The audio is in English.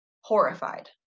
horrified